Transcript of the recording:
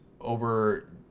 over